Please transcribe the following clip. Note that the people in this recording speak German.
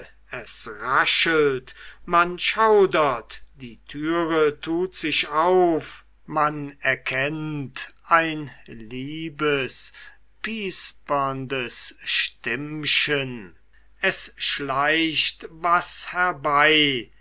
es raschelt man schaudert die türe tut sich auf man erkennt ein liebes pisperndes stimmchen es schleicht was herbei